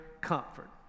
comfort